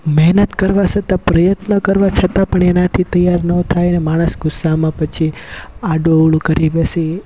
મેહનત કરવા છતા પ્રયત્ન કરવા છતાં પણ એનાથી તૈયાર નો થાય અને માણસ ગુસ્સામાં પછી આડું અવળું કરી બેસે એ